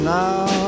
now